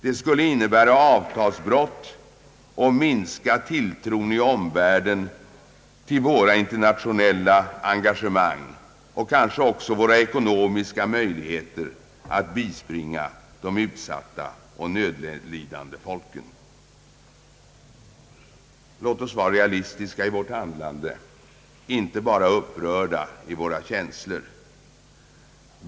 Det skulle innebära avtalsbrott och minskad tilltro i omvärlden till våra internationella engagemang och kanske också minska våra ekonomiska möjligheter ait bispringa de utsatta och nödlidande folken. Låt oss vara realistiska i vårt handlande, inte bara upprörda i våra känslor!